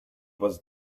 was